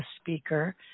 speaker